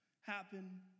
happen